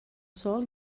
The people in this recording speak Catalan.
sol